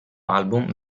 album